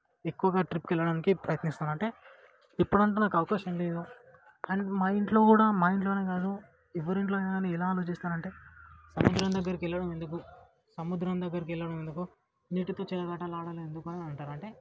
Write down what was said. ఎక్కువగా ట్రిప్కెళ్ళడానికి ప్రయత్నిస్తానంటే ఇప్పుడంత నాకు అవకాశం లేదు అండ్ మా ఇంట్లో కూడా మా ఇంట్లోనే కాదు ఎవరి ఇంట్లోనైన నే ఎలా ఆలోచిస్తానంటే సముద్రం దగ్గరకెళ్ళడం ఎందుకు సముద్రం దగ్గరకెళ్ళడం ఎందుకు నీటీతో చెలగాటాలాడాలెందుకు అని అంటారు అంటే